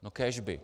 No kéž by!